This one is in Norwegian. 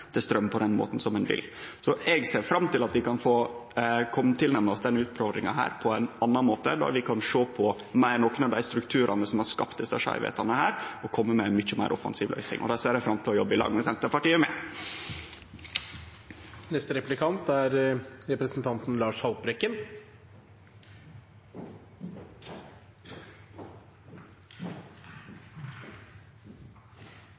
til straum på den måten som ein vil. Eg ser fram til at vi kan nærme oss denne utfordringa på ein annan måte, der vi meir kan sjå på nokre av dei strukturane som har skapt desse skeivskapane, og kome med ei mykje meir offensiv løysing. Det ser eg fram til å jobbe i lag med Senterpartiet